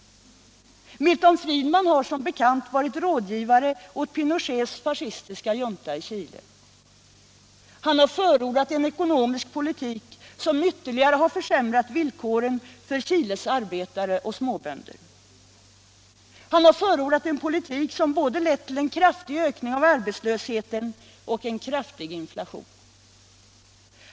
Milton Friedman har som bekant varit rådgivare åt Pinochets fascistiska junta i Chile. Han har förordat en ekonomisk politik som ytterligare försämrat villkoren för Chiles arbetare och småbönder. Han har förordat en politik som lett till både en kraftig ökning av arbetslösheten och en kraftig inflation.